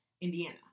Indiana